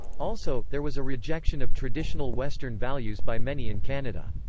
also there was a rejection of traditional western values by many in canada.